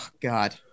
god